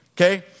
Okay